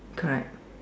correct